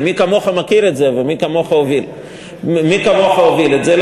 ומי כמוך מכיר את זה ומי כמוך הוביל את זה.